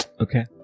Okay